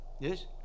Yes